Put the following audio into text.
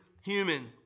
human